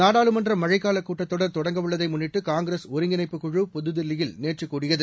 நாடாளுமன்ற மழைக்கால கூட்டத் தொடர் தொடங்கவுள்ளதை முன்னிட்டு காங்கிரஸ் ஒருங்கிணைப்புக் குழு புதுதில்லியில் நேற்று கூடியது